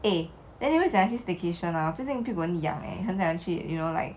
eh then 你会不会想去 staycation 我最近屁股很痒 leh 很想去 you know like